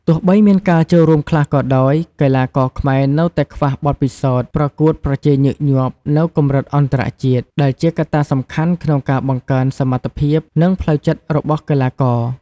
ទោះបីមានការចូលរួមខ្លះក៏ដោយ កីឡាករខ្មែរនៅតែខ្វះបទពិសោធន៍ប្រកួតប្រជែងញឹកញាប់នៅកម្រិតអន្តរជាតិ ដែលជាកត្តាសំខាន់ក្នុងការបង្កើនសមត្ថភាព និងផ្លូវចិត្តរបស់កីឡាករ ។